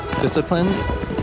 discipline